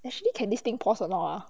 actually can this thing paused a not ah